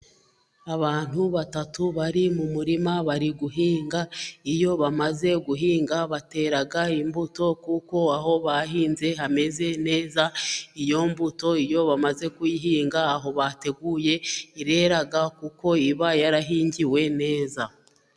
Abantu batatu bari mu murima bari guhinga, iyo bamaze guhinga batera imbuto kuko aho bahinze hameze neza, iyo mbuto iyo bamaze kuyihinga aho bateguye, irera kuko iba yarahingiwe neza.